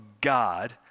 God